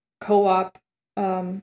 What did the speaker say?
co-op